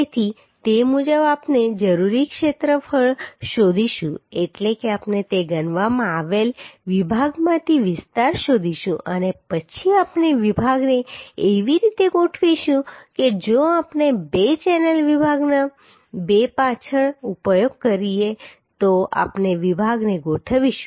તેથી તે મુજબ આપણે જરૂરી ક્ષેત્રફળ શોધીશું એટલે કે આપણે તે ગણવામાં આવેલ વિભાગમાંથી વિસ્તાર શોધીશું અને પછી આપણે વિભાગને એવી રીતે ગોઠવીશું કે જો આપણે બે ચેનલ વિભાગનો બે પાછળ પાછળ ઉપયોગ કરીએ તો આપણે વિભાગને ગોઠવીશું